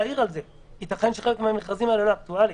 יתכן שחלק מהמכרזים האלה לא אקטואליים.